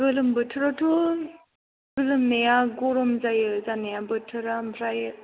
गोलोम बोथोरावथ' गोलोमनाया गरम जायो जानाया बोथोरा ओमफ्राय